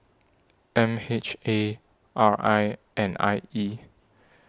M H A R I and I E